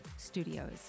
studios